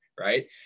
Right